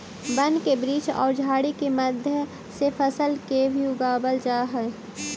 वन के वृक्ष औउर झाड़ि के मध्य से फसल के भी उगवल जा हई